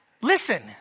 Listen